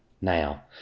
now